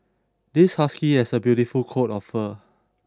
this husky has a beautiful coat of fur